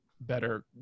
better